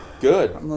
Good